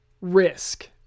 risk